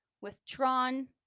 withdrawn